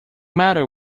matter